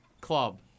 club